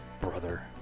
brother